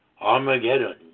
Armageddon